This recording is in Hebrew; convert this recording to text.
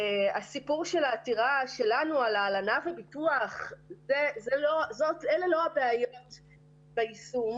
הסיפור של העתירה שלנו על ההלנה וביטוח אלה לא הבעיות ביישום.